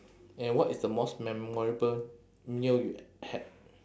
and what is the most memorable meal you had